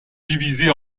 divisées